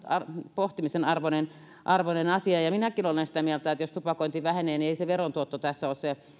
pohtimisen arvoinen arvoinen asia minäkin olen sitä mieltä että jos tupakointi vähenee niin ei se verotuotto tässä ole